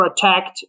protect